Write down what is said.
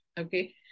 okay